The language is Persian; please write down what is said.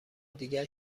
دیگر